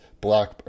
black